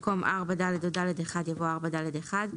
במקום "4(ד) או (ד1)" יבוא "4(ד1)".